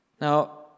Now